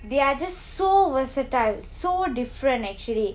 they are just so versatile so different actually